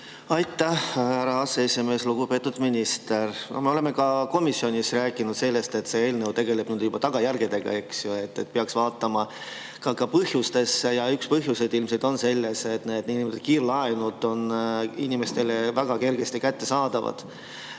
Aitäh, härra aseesimees! Lugupeetud minister! Me oleme ka komisjonis rääkinud sellest, et see eelnõu tegeleb juba tagajärgedega, eks ju. Peaks vaatama ka põhjuseid. Üks põhjuseid ilmselt on see, et need niinimetatud kiirlaenud on inimestele väga kergesti kättesaadavad.